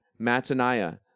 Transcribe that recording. Mataniah